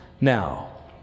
Now